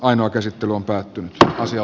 asian käsittely on päättynyt ja asia